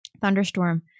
Thunderstorm